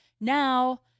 now-